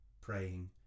praying